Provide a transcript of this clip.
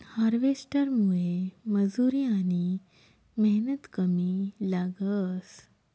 हार्वेस्टरमुये मजुरी आनी मेहनत कमी लागस